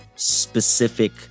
specific